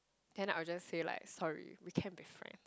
then I will just say like sorry we can't be friend